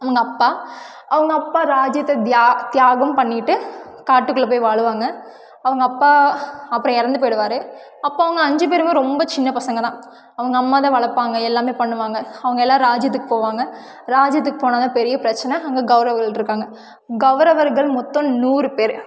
அவங்க அப்பா அவங்க அப்பா ராஜ்யத்தை தியா தியாகம் பண்ணிவிட்டு காட்டுக்குள்ளே போய் வாழ்வாங்க அவங்க அப்பா அப்பறோம் இறந்து போயிடுவார் அப்போது அவங்க அஞ்சு பேரும் ரொம்ப சின்ன பசங்கள் தான் அவங்க அம்மா தான் வளர்ப்பாங்க எல்லாமே பண்ணுவாங்க அவங்க எல்லாம் ராஜ்யத்துக்கு போவாங்க ராஜ்யத்துக்கு போனால் தான் பெரிய பிரச்சனை அங்கே கௌரவர்கள் இருக்காங்க கௌரவர்கள் மொத்தம் நூறு பேர்